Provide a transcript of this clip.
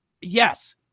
yes